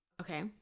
Okay